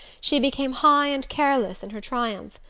she became high and careless in her triumph.